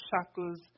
shackles